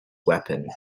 weapon